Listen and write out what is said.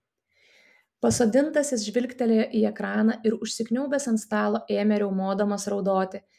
pasodintasis žvilgtelėjo į ekraną ir užsikniaubęs ant stalo ėmė riaumodamas raudoti